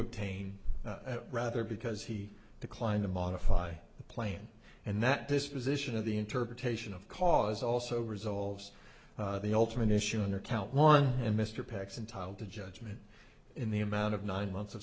obtain rather because he declined to modify the plan and that disposition of the interpretation of cause also resolves the ultimate issue under count one and mr paxson titled the judgment in the amount of nine months of